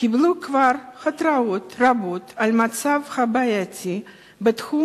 קיבלו כבר התראות רבות על המצב הבעייתי בתחום